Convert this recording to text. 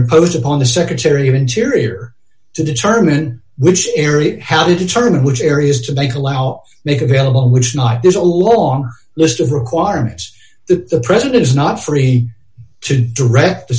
imposed upon the secretary of interior to determine which area how to determine which areas to take allow make available which is not there's a long list of requirements that the president is not free to direct